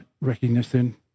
recognition